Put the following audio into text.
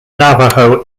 navajo